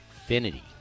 Infinity